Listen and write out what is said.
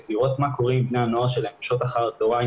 לראות מה קורה עם בני הנוער שלהם בשעות אחר הצוהריים